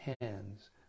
hands